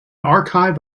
archive